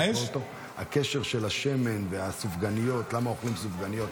הקשר של השמן והסופגניות, למה אוכלים סופגניות.